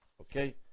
Okay